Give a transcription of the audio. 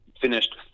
finished